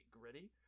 gritty